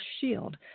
shield